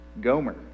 Gomer